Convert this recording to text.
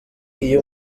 iyo